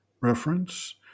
Reference